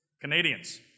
Canadians